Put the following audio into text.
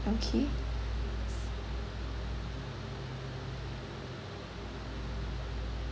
okay